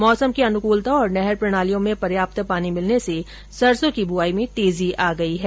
मौसम की अनुकूलता और नहर प्रणालियों में पर्याप्त पानी मिलने से सरसों की बुआई तेजी आ गई है